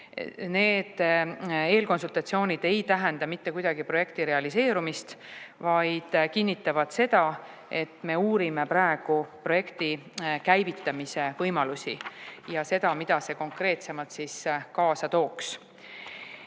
Need eelkonsultatsioonid ei tähenda mitte kuidagi projekti realiseerumist, vaid kinnitavad seda, et me uurime praegu projekti käivitamise võimalusi ja seda, mida see konkreetsemalt kaasa